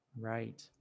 Right